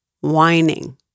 Whining